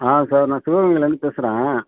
ஆ sir நான் சிவகங்கைலேருந்து பேசுகிறேன்